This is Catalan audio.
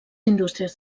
indústries